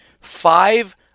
five